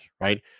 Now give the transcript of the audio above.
right